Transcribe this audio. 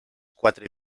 quatre